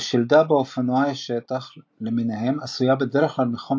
- השלדה באופנועי שטח למיניהם עשויה בדרך כלל מחומר